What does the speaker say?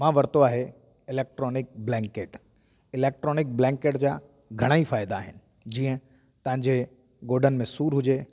मां वरितो आहे इलेक्ट्रॉनिक ब्लेंकेट इलेक्ट्रॉनिक ब्लेंकेट जा घणेई फ़ाइदा आहिनि जीअं तव्हांजे ॻोॾनि में सूरु हुजे